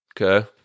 Okay